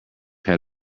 had